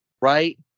Right